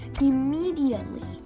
Immediately